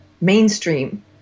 mainstream